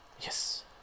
Yes